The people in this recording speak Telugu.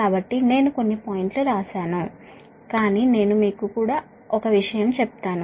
కాబట్టి నేను కొన్ని పాయింట్లు వ్రాశాను కాని నేను మీకు కూడా ఒక విషయం చెప్తాను